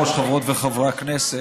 אדוני היושב-ראש, חברות וחברי הכנסת,